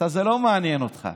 זה לא מעניין אותך.